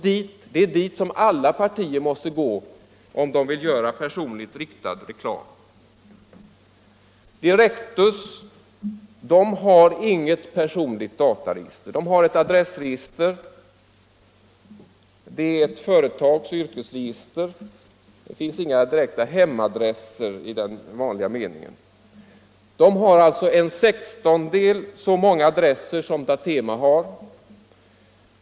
Det är dit som alla partier får gå om de vill göra personligt riktad reklam. Direktus har inget personligt dataregister. Det har ett adressregister — ett röretagsoch yrkesregister. Det finns inga hemadresser i den vanliga meningen. Man har en sextondel så många adresser som DATEMA har.